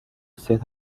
set